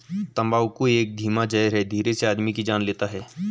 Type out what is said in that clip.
तम्बाकू एक धीमा जहर है धीरे से आदमी की जान लेता है